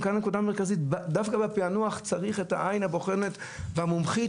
דווקא בפענוח צריך את העין הבוחנת והמומחית,